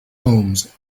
homes